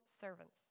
servants